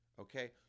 okay